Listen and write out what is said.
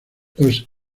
los